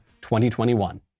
2021